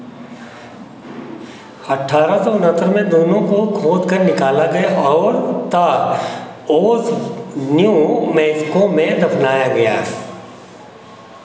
अठारह सौ उनहत्तर में दोनों को खोद कर निकाला गया और ता ओस न्यू मैक्सिको में दफ़नाया गया